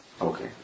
Okay